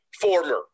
former